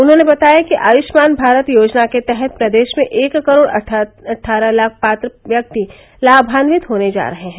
उन्होंने बताया कि आयष्मान भारत योजना के तहत प्रदेश में एक करोड़ अट्ठारह लाख पात्र व्यक्ति लाभान्वित होने जा रहे हैं